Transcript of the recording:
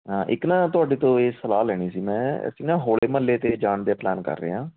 ਹਾਂ ਇੱਕ ਨਾ ਤੁਹਾਡੇ ਤੋਂ ਇਹ ਸਲਾਹ ਲੈਣੀ ਸੀ ਮੈਂ ਅਸੀਂ ਨਾ ਹੋਲੇ ਮਹੱਲੇ 'ਤੇ ਜਾਣ ਦੇ ਪਲਾਨ ਕਰ ਰਹੇ ਹਾਂ